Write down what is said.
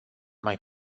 mai